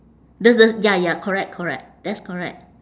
there's a ya ya correct correct that's correct